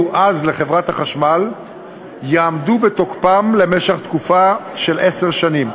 אז לחברת החשמל יעמדו בתוקפם למשך תקופה של עשר שנים.